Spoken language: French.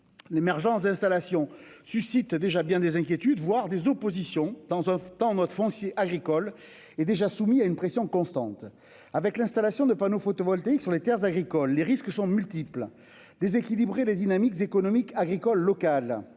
L'émergence d'installations suscite déjà bien des inquiétudes, voire des oppositions, tant notre foncier agricole est déjà soumis à une pression croissante. L'installation de panneaux photovoltaïques sur les terres agricoles emporte des risques multiples. Elle peut déséquilibrer les dynamiques économiques agricoles locales,